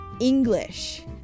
english